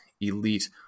elite